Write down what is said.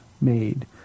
made